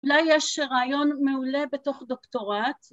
‫אולי יש רעיון מעולה בתוך דוקטורט.